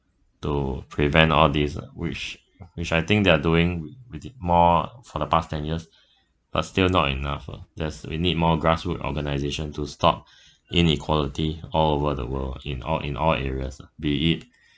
to prevent all these lah which which I think they're doing we did more for the past ten years but still not enough lah thus we need more grassroot organisation to stop inequality all over the world in all in all areas be it